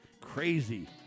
crazy